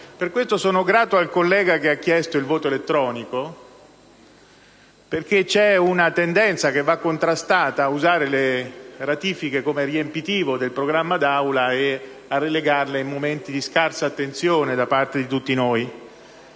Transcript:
la votazione nominale mediante procedimento elettronico perché c'è una tendenza, che va contrastata, ad usare le ratifiche come riempitivo del programma d'Aula e a relegarle in momenti di scarsa attenzione da parte di tutti noi.